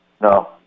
No